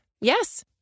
Yes